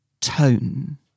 tone